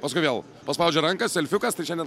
paskui vėl paspaudžia ranką selfiukas tai šiandien